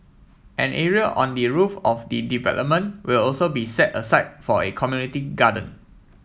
an area on the roof of the development will also be set aside for a community garden